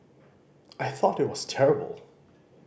I thought it was terrible